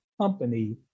company